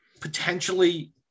potentially